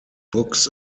books